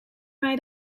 mij